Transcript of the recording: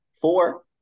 four